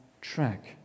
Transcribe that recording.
track